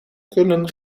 kunnen